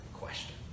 question